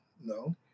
No